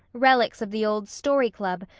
relics of the old story club,